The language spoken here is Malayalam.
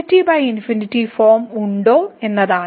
തുടങ്ങിയവ എങ്ങനെ കൈകാര്യം ചെയ്യാമെന്ന് നമ്മൾ പഠിക്കും